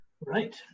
Right